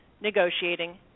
negotiating